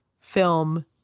film